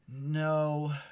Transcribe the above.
No